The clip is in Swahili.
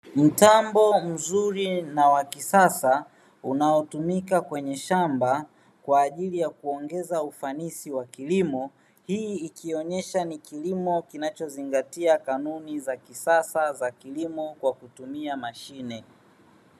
Mtambo mzuri na wa kisasa unaotumika kwenye shamba kwa ajili ya kuongeza ufanisi wa kilimo. Hii ikionyesha ni kilimo kinachozingatia kanuni za kisasa za kilimo kwa kutumia mashine.